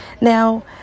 Now